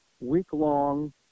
week-long